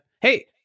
Hey